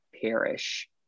perish